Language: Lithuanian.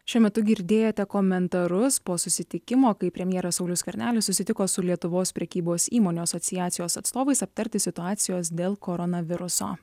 šiuo metu girdėjote komentarus po susitikimo kai premjeras saulius skvernelis susitiko su lietuvos prekybos įmonių asociacijos atstovais aptarti situacijos dėl koronaviruso